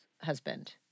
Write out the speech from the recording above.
husband